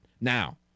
Now